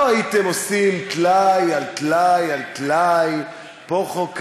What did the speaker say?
לא הייתם עושים טלאי על טלאי על טלאי, פה חוק כזה,